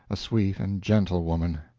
a sweet and gentle woman.